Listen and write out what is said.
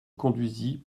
conduisit